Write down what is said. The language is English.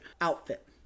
outfit